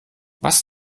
was